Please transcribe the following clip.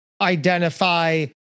identify